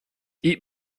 eat